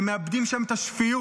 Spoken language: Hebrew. הם מאבדים שם את השפיות.